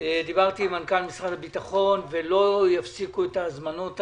דיברתי עם מנכ"ל משרד הביטחון ולא יפסיקו את ההזמנות האלה,